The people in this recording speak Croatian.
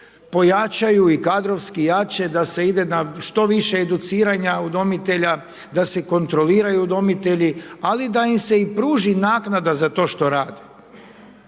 pojačaju i kadrovski jače da se ide na što više educiranja udomitelja, da se kontroliraju udomitelji ali da im se i pruži naknada za to što rade.